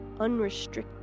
unrestricted